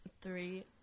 Three